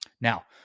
Now